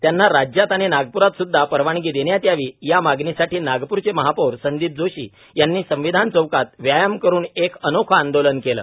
त्यांना राज्यात आणि नागप्रात सुदधा परवानगी देण्यात यावी या मागणीसाठी नागपूरचे महापौर संदीप जोशी यांनी संविधान चौकात व्यायाम करून एक अनोखे आंदोलन केलं